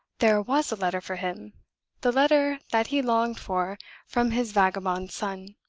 there was a letter for him the letter that he longed for from his vagabond son.